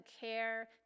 care